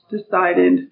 decided